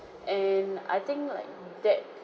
and I think like that